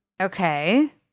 Okay